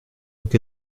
donc